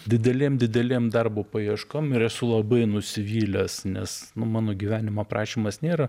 didelėm didelėm darbo paieškom ir esu labai nusivylęs nes nu mano gyvenimo aprašymas nėra